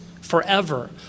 forever